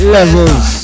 Levels